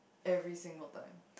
every single time